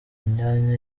myanya